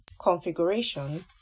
configuration